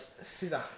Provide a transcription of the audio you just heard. Scissor